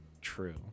True